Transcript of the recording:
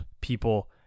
people